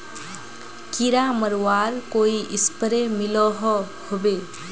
कीड़ा मरवार कोई स्प्रे मिलोहो होबे?